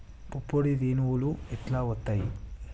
పుప్పొడి రేణువులు ఎట్లా వత్తయ్?